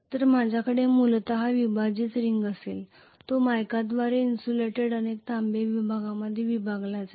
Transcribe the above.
तर माझ्याकडे मूलत विभाजित रिंग असेल जो मायकाद्वारे इन्सुलेटेड अनेक तांबे विभागांमध्ये विभागला जाईल